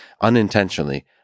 unintentionally